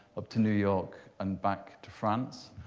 up to new york, and back to france,